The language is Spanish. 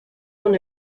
con